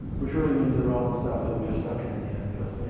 which really means irrelevant stuff that we just stuck in at the end because, you know,